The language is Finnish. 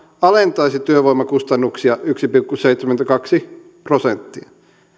alentaisi työvoimakustannuksia yksi pilkku seitsemänkymmentäkaksi prosenttia